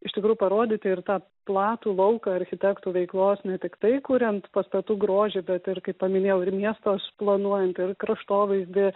iš tikrųjų parodyti ir tą platų lauką architektų veiklos ne tiktai kuriant pastatų grožį bet ir kai paminėjau ir miestus planuojant ir kraštovaizdį